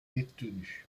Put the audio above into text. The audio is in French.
détenus